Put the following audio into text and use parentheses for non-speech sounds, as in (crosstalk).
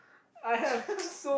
(laughs)